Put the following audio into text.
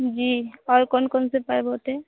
जी और कौन कौन से पर्व होते हैं